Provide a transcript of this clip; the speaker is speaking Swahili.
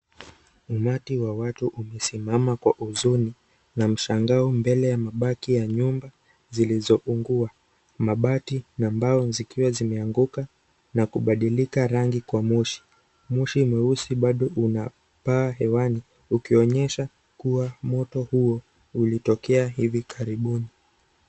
Umati wa watu umesimama kwa huzuni na mshangao mbele ya mabaki ya nyumba zilizougua. Mabati na mbao zikiwa zimeanguka na kubandilika rangi kwa moshi. Moshi mweusi bado unapaa hewani ukionyesha kuwa moto huo ulitokea hivi karibuni.